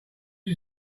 you